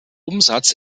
umsatz